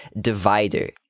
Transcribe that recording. divider